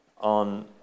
on